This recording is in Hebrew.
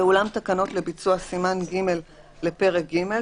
ואולם תקנות לביצוע סימן ג לפרק ג,